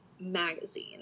magazine